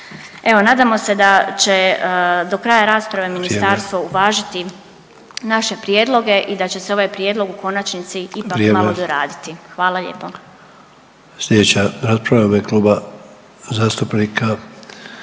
Evo, nadamo se da će do kraja rasprave …/Upadica: Vrijeme./… ministarstvo uvažiti naše prijedloge i da će se ovaj prijedlog u konačnici ipak …/Upadica: Vrijeme./…